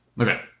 Okay